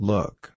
Look